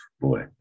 boy